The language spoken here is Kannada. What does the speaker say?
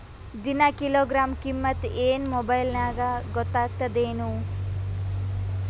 ದಿನಾ ಕಿಲೋಗ್ರಾಂ ಕಿಮ್ಮತ್ ಏನ್ ಮೊಬೈಲ್ ನ್ಯಾಗ ಗೊತ್ತಾಗತ್ತದೇನು?